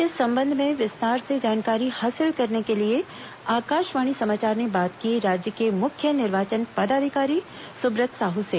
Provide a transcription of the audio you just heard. इस संबंध में विस्तार से जानकारी हासिल करने के लिए आकाशवाणी समाचार ने बात की राज्य के मुख्य निर्वाचन पदाधिकारी सुब्रत साहू से